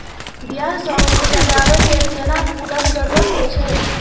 बियाह सब मे सजाबै लेल गेना फुलक जरुरत होइ छै